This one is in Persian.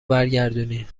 برگردونی